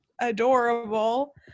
adorable